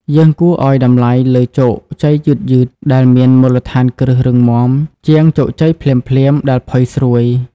យើងគួរឱ្យតម្លៃលើ "ជោគជ័យយឺតៗ" ដែលមានមូលដ្ឋានគ្រឹះរឹងមាំ ជាង "ជោគជ័យភ្លាមៗ" ដែលផុយស្រួយ។